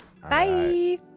Bye